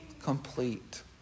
complete